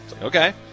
Okay